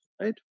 right